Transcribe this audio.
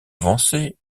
avancé